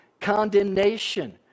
condemnation